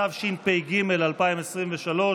התשפ"ג 2023,